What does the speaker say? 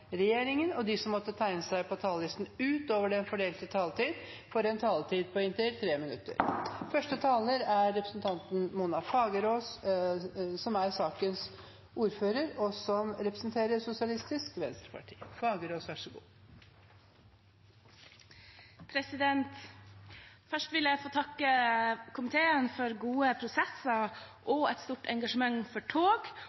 regjeringen, og de som måtte tegne seg på talerlisten utover den fordelte taletid, får også en taletid på inntil 3 minutter. Først vil eg takke komiteen for det gode samarbeidet som vi har hatt gjennom denne prosessen, for innspel som